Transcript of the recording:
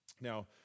Now